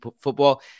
football